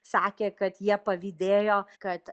sakė kad jie pavydėjo kad